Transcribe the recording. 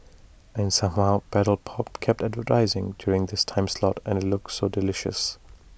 and somehow Paddle pop kept advertising during this time slot and looked so delicious